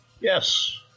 Yes